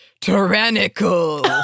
tyrannical